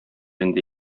инде